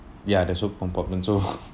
ya there's soap compartment so